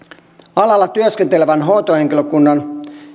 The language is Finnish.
alalla työskentelevän hoitohenkilökunnan